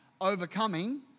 overcoming